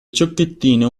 ciocchettine